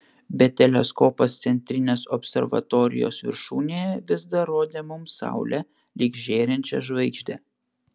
bet teleskopas centrinės observatorijos viršūnėje vis dar rodė mums saulę lyg žėrinčią žvaigždę